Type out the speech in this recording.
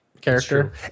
character